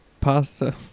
pasta